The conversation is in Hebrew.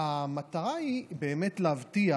המטרה היא להבטיח